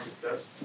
success